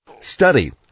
Study